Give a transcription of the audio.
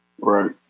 Right